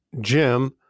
Jim